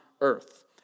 earth